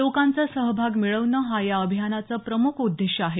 लोकांचा सहभाग मिळवणं हा या अभियानाचं प्रमुख उद्देश आहे